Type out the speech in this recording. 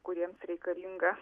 kuriems reikalinga